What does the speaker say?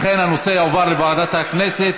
לכן הנושא יועבר לוועדת הכנסת,